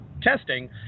testing